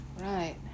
Right